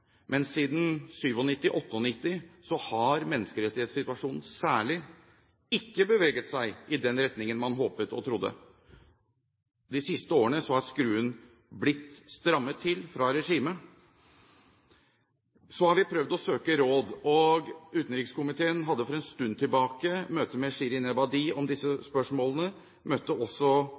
men siden 1997–98 har særlig menneskerettighetssituasjonen ikke beveget seg i den retningen man håpet og trodde. De siste årene er skruen blitt strammet til av regimet. Så har vi prøvd å søke råd. Utenrikskomiteen hadde for en stund siden møte med Shirin Ebadi om disse spørsmålene. Jeg møtte også